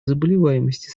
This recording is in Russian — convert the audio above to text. заболеваемости